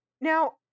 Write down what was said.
now